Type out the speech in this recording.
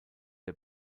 der